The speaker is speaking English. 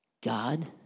God